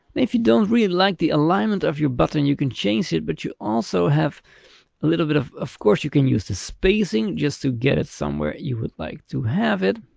if you don't really like the alignment of your button, you can change it but you also have a little bit of of course you can use the spacing just to get it somewhere you would like to have it.